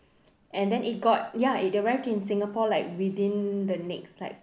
and then it got ya it arrived in singapore like within the next like